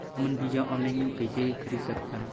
हमन बीजा ऑनलाइन कइसे खरीद सकथन?